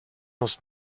was